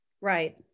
Right